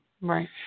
Right